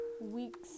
weeks